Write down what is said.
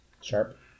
Sharp